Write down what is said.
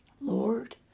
Lord